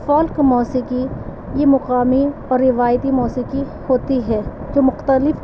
folk موسیقی یہ مقامی اور روایتی موسیقی ہوتی ہے جو مختلف